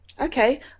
Okay